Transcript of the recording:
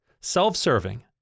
Self-serving